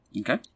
Okay